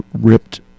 ripped